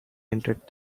entered